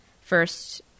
first